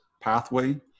pathway